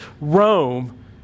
Rome